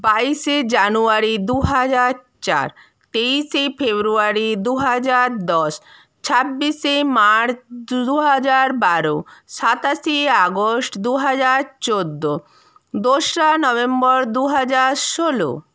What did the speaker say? বাইশে জানুয়ারি দু হাজার চার তেইশে ফেব্রুয়ারি দু হাজার দশ ছাব্বিশে মার্চ দু হাজার বারো সাতাশে আগস্ট দু হাজার চোদ্দো দোসরা নভেম্বর দু হাজার ষোলো